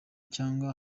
cyangwa